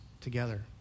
together